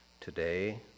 today